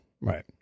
right